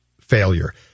failure